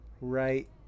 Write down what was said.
right